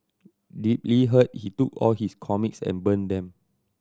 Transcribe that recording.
deeply hurt he took all his comics and burnt them